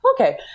okay